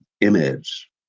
image